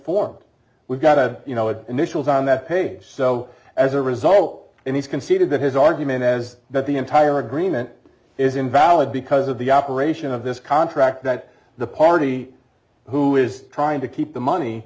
for we've got a you know a initials on that page so as a result in these conceded that his argument is that the entire agreement is invalid because of the operation of this contract that the party who is trying to keep the money